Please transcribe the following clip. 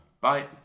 Bye